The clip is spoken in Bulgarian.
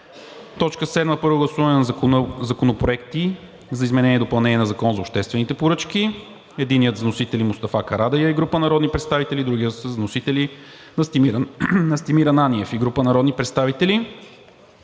ЕАД. 7. Първо гласуване на законопроекти за изменение и допълнение на Закона за обществените поръчки. Единият с вносители – Мустафа Карадайъ и група народни представители, а другият е от Настимир Ананиев и група народни представители.